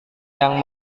yang